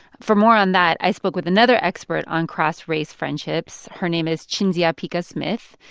for more on that, i spoke with another expert on cross-race friendships. her name is cinzia pica-smith.